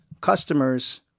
customers